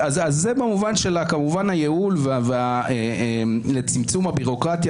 זה כמובן במובן של הייעול לצמצום הביורוקרטיה,